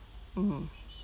mm